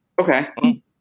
Okay